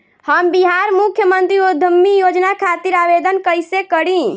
हम बिहार मुख्यमंत्री उद्यमी योजना खातिर आवेदन कईसे करी?